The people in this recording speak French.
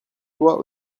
toi